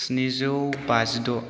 स्निजौ बाजिद'